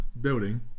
building